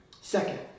Second